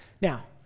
Now